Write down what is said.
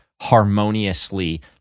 harmoniously